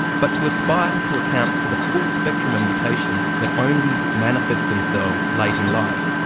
but to aspire to account for the full spectrum of mutations that only manifest themselves late in life,